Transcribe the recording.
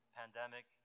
pandemic